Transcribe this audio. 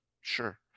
sure